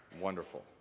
wonderful